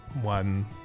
one